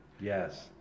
Yes